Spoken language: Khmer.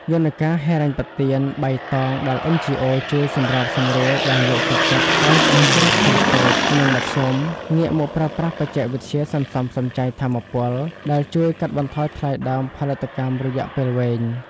យន្តការហិរញ្ញប្បទានបៃតងដែល NGOs ជួយសម្របសម្រួល បានលើកទឹកចិត្តឱ្យ សហគ្រាសធុនតូច និងមធ្យមងាកមកប្រើប្រាស់បច្ចេកវិទ្យាសន្សំសំចៃថាមពល ដែលជួយកាត់បន្ថយថ្លៃដើមផលិតកម្មរយៈពេលវែង។